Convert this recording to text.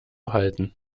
halten